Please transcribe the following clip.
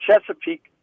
Chesapeake